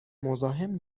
مزاحم